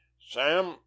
Sam